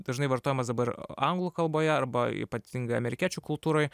dažnai vartojamas dabar anglų kalboje arba ypatingai amerikiečių kultūroj